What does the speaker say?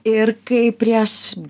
ir kai prieš